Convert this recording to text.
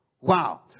Wow